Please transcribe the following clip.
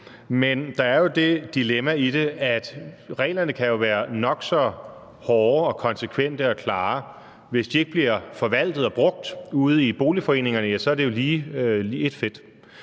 Men der er jo det dilemma i det, at reglerne kan være nok så hårde og konsekvente og klare, men hvis de ikke bliver forvaltet og brugt ude i boligforeningerne, er det jo ét fedt.